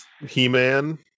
He-Man